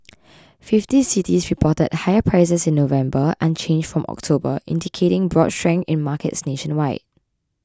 fifty cities reported higher prices in November unchanged from October indicating broad strength in markets nationwide